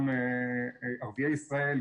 גם ערביי ישראל,